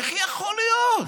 איך יכול להיות?